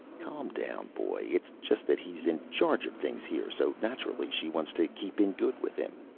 calm down, boy. it's just that he's in charge of things here so naturally she wants to keep in good with him.